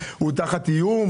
הוא תחת איום?